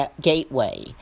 gateway